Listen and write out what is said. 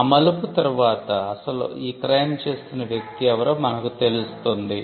ఆ మలుపు తర్వాత అసలు ఈ క్రైమ్ చేస్తున్న వ్యక్తి ఎవరో మనకు తెలుస్తుంది